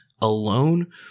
alone